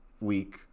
week